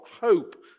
hope